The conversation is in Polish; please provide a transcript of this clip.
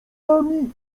nami